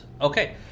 Okay